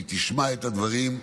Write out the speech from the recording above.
היא תשמע את הדברים,